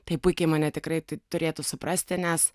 tai puikiai mane tikrai turėtų suprasti nes